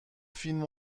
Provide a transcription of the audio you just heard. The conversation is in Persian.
فیلم